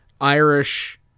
Irish